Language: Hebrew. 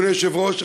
אדוני היושב-ראש,